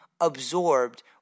absorbed